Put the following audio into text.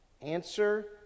Answer